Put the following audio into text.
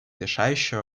решающую